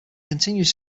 continues